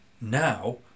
now